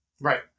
Right